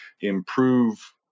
improve